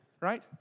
Right